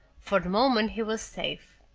for the moment he was safe.